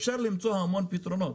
אפשר למצוא המון פתרונות,